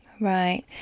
Right